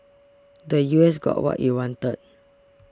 the U S got what it wanted